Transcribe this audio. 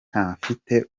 ntafite